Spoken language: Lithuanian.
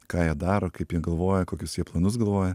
ką jie daro kaip jie galvoja kokius jie planus galvoja